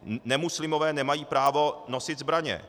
Nemuslimové nemají právo nosit zbraně.